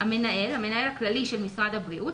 "המנהל" המנהל הכללי של משרד הבריאות,